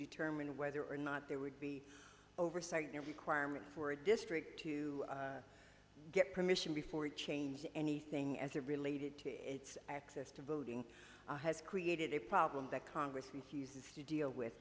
determine whether or not there would be oversight no requirement for a district to get permission before it changed anything as it related to its access to voting has created a problem that congress refuses to deal with